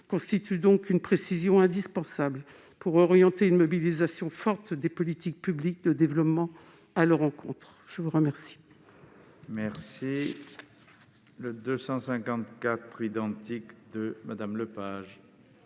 constitue une précision indispensable pour orienter une mobilisation forte des politiques publiques de développement à leur profit. La parole